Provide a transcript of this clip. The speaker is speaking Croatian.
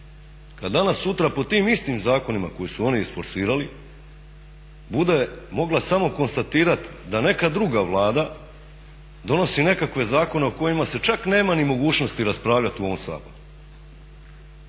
kada danas sutra po tim istim zakonima koje su oni isforsirali bude mogla samo konstatirati da neka druga Vlada donosi nekakve zakone o kojima se čak nema mogućnost raspravljati u ovom saboru?